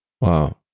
wow